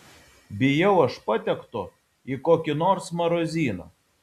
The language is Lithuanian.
bijau aš patekto į kokį nors marozyną